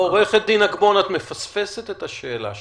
עו"ד אגמון, את מפספסת את השאלה שלי.